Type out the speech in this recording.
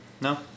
No